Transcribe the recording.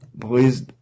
Please